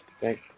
Thank